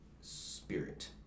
spirit